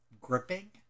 gripping